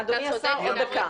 אדוני השר, עוד דקה.